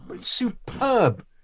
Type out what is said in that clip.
Superb